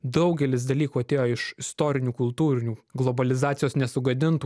daugelis dalykų atėjo iš istorinių kultūrinių globalizacijos nesugadintų